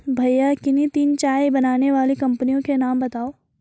भैया किन्ही तीन चाय बनाने वाली कंपनियों के नाम बताओ?